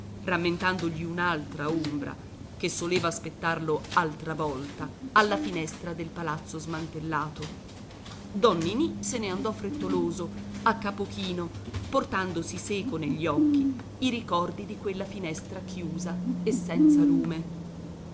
rammentandogli un'altra ombra che soleva aspettarlo altra volta alla finestra del palazzo smantellato don ninì se ne andò frettoloso a capo chino portandosi seco negli occhi i ricordi di quella finestra chiusa e senza lume